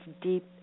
deep